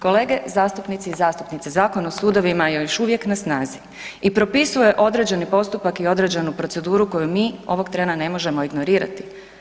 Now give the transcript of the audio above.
Kolege zastupnici i zastupnice, Zakon o sudovima je još na snazi i propisuje određeni postupak i određenu proceduru koju mi ovog trena ne možemo ignorirati.